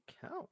count